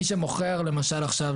מי שמוכר למשל עכשיו